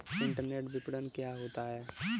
Internet विपणन क्या होता है?